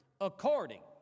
According